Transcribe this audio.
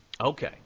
okay